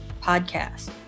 podcast